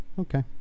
okay